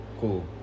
Cool